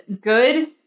good